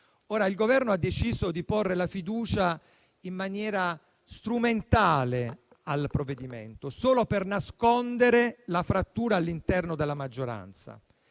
il Governo ha deciso di porre la fiducia in maniera strumentale sul provvedimento, solo per nascondere la frattura all'interno della maggioranza